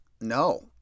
no